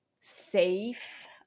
safe